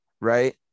right